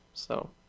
so,